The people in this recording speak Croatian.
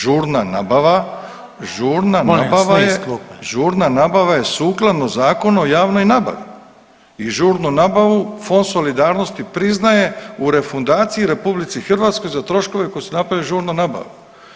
Žurna nabava, ... [[Upadica se ne čuje.]] žurna nabava [[Upadica: Molim vas, ne iz klupe.]] žurna nabava je sukladno Zakonu o javnoj nabavi i žurnu nabavu Fond solidarnosti priznaje u refundaciji RH za troškove koji su napravljeni u žurnoj nabavi.